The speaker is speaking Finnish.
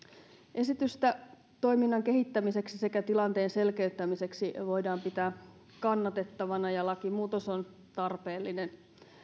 esitystä toiminnan kehittämiseksi sekä tilanteen selkeyttämiseksi voidaan pitää kannatettavana ja lakimuutos on tarpeellinen